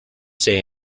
say